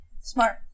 Smart